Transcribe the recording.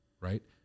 right